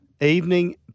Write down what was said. Evening